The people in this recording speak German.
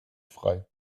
frei